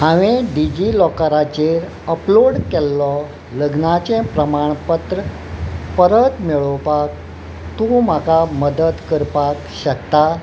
हांवें डिजिलॉकराचेर अपलोड केल्लो लग्नाचें प्रमाणपत्र परत मेळोवपाक तूं म्हाका मदत करपाक शकता